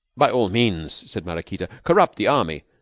by all means, said maraquita, corrupt the army,